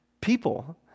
people